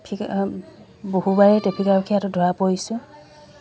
বহু বাৰেই ট্ৰেফিক আৰক্ষীৰ হাতত ধৰা পৰিছোঁ